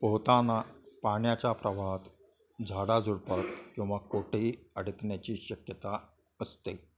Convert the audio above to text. पोहताना पाण्याच्या प्रवाहात झाडाझुडपात किंवा कोठेही अडकण्याची शक्यता असते